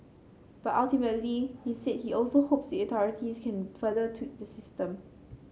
but ultimately he said he also hopes the authorities can further tweak the system